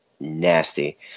nasty